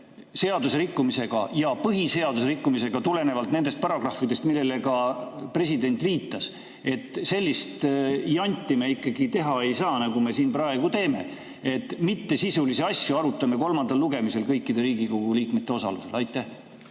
seadusrikkumisega ja põhiseaduse rikkumisega tulenevalt nendest paragrahvidest, millele ka president viitas. Sellist janti me ikkagi teha ei saa, nagu me siin praegu teeme, et me arutame mittesisulisi asju kolmandal lugemisel kõikide Riigikogu liikmete osalusel. Aitäh!